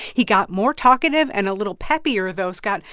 he got more talkative and a little peppier, though, scott,